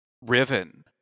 Riven